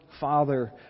Father